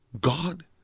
God